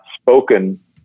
spoken